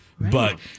But-